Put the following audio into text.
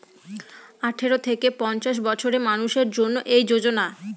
আঠারো থেকে পঞ্চাশ বছরের মানুষের জন্য এই যোজনা